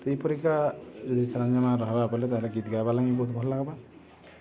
ତ ଏଇ ପରିକା ଯଦି ସଞ୍ଜମା ରହବା ବୋଇଲେ ତାହେଲେ ଗୀତ ଗାଇବାର୍ ଲି ବହୁତ ଭଲ ଲାଗ୍ବା